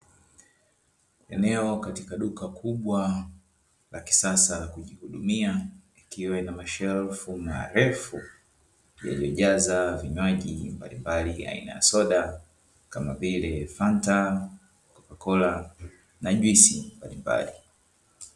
Eneo katika duka kubwa la kisasa la kujihudumia likiwa na mashelfu marefu yaliyojazwa vinywaji mbalimbali aina ya soda, kama vile fanta, kokakola na jusi mbalimbali.